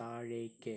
താഴേക്ക്